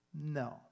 No